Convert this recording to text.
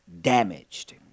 damaged